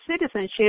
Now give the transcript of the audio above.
citizenship